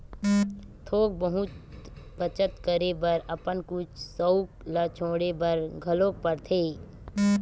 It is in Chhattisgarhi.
थोक बहुत बचत करे बर अपन कुछ सउख ल छोड़े बर घलोक परथे